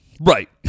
Right